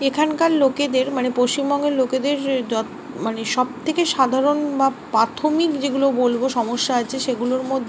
এখানকার লোকেদের মানে পশ্চিমবঙ্গের লোকেদের মানে সব থেকে সাধারণ বা প্রাথমিক যেগুলো বলবো সমস্যা আছে সেগুলোর মধ্যে